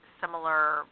similar